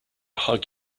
hug